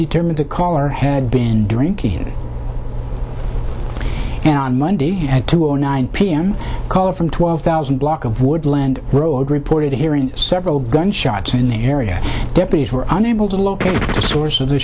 determined the caller had been drinking and on monday at two o nine p m call from twelve thousand block of woodland road reported hearing several gunshots in the area deputies were unable to locate the source of the